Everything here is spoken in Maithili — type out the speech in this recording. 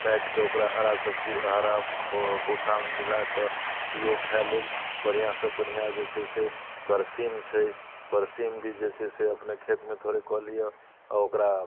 काटिकऽ ओकरा हरा सब्जी हरा भू भुस्सामे मिलाकऽ दियौ खाय लेल बढ़िआँसँ बढ़िआँ जे छै से बड़सीम छै बड़सीम भी जे छै से अपने खेतमे थोड़ेक कऽ लिऽ आओर ओकरा